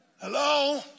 Hello